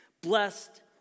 Blessed